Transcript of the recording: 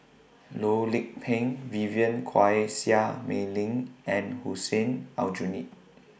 Loh Lik Peng Vivien Quahe Seah Mei Lin and Hussein Aljunied